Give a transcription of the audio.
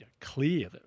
clear